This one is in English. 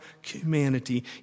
humanity